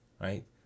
right